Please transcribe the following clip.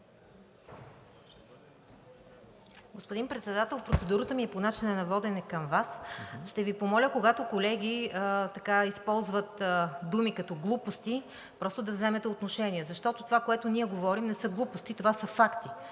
Господин Председател, процедурата ми е по начина на водене към Вас. Ще Ви помоля, когато колеги използват думи като глупости, просто да вземете отношение, защото това, което ние говорим, не са глупости – това са факти.